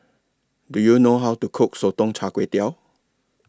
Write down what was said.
Do YOU know How to Cook Sotong Char Kway